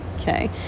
Okay